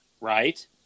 Right